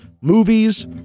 movies